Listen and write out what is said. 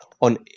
on